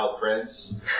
Prince